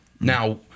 Now